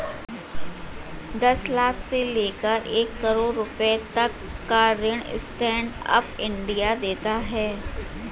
दस लाख से लेकर एक करोङ रुपए तक का ऋण स्टैंड अप इंडिया देता है